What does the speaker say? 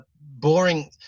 boring